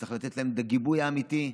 צריך לתת להם גיבוי אמיתי.